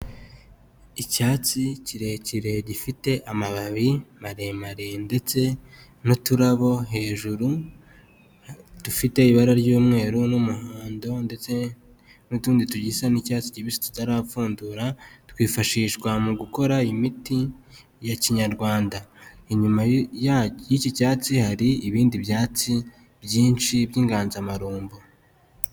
Icyatsi kirekire gifite amababi maremare ndetse n'uturabo hejuru dufite ibara ry'umweru n'umuhondo, ndetse n'utundi tugisa n'icyatsi kibisi tutarapfundura twifashishwa mu gukora imiti ya Kinyarwanda, inyuma y'iki cyatsi hari ibindi byatsi byinshi by'inganzamarumbo.